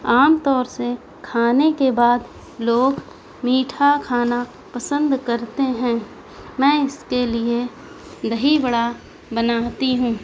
عام طور سے کھانے کے بعد لوگ میٹھا کھانا پسند کرتے ہیں میں اس کے لیے دہی بڑا بناتی ہوں